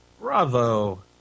Bravo